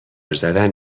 زدن